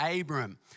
Abram